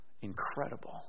Incredible